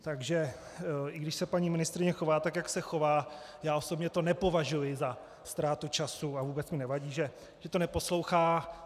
Takže i když se paní ministryně chová tak, jak se chová, já osobně to nepovažuji za ztrátu času a vůbec mi nevadí, že to neposlouchá.